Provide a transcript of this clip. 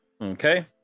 Okay